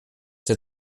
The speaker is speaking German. der